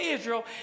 Israel